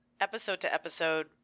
episode-to-episode